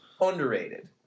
underrated